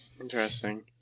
interesting